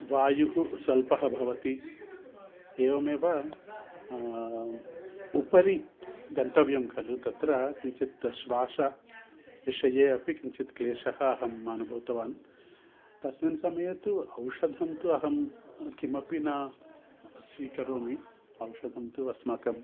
वायुः स्वल्पः भवति एवमेव उपरि गन्तव्यं खलु तत्र किञ्चित् श्वासविषये अपि किञ्चित् क्लेशम् अहम् अनुभूतवान् तस्मिन् समये तु औषधं तु अहं किमपि न स्वीकरोमि औषधं तु अस्माकं